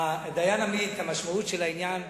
דיין עמית, המשמעות של העניין,